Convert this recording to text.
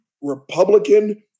Republican